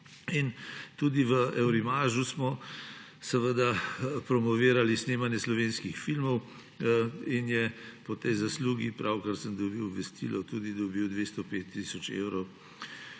in tudi v *Eurimagesu* smo seveda promovirali snemanje slovenskih filmov in je po tej zaslugi, pravkar sem dobil obvestilo, tudi dobil 205 tisoč evrov